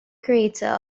creator